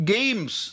Games